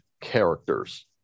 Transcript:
characters